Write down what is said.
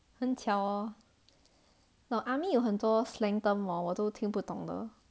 很巧哦 but army 有很多 slang term hor 我都听不懂的